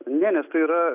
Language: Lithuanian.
ne nes tai yra